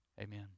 Amen